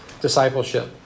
discipleship